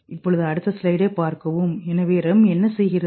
2208 பார்க்கவும் ஸ்லைடு நேரம் எனவே REM என்ன செய்கிறது